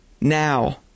now